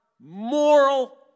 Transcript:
moral